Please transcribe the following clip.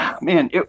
Man